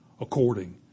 according